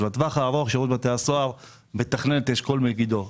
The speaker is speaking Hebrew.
לטווח הארוך שירות בתי הסוהר מתכנן את אשכול מגידו.